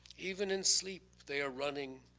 even in sleep they are running,